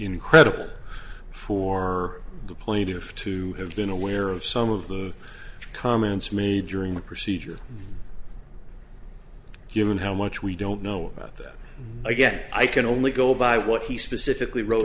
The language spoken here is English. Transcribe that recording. incredible for the plaintiff to have been aware of some of the comments made during the procedure given how much we don't know about that again i can only go by what he specifically wrote